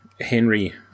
Henry